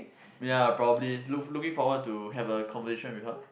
ya probably look looking forward to have a conversation with her